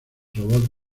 robot